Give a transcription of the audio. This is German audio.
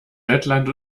lettland